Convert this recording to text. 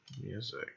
music